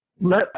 Let